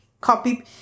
Copy